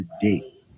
today